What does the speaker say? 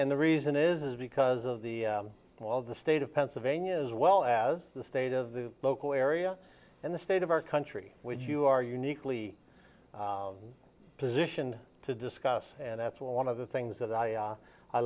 and the reason is because of the all the state of pennsylvania as well as the state of the local area and the state of our country which you are uniquely positioned to discuss and that's one of the things that i